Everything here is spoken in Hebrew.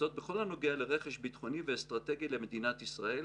וזאת בכל הנוגע לרכש ביטחוני ואסטרטגי למדינת ישראל.